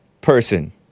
Person